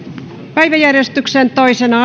päiväjärjestyksen toisena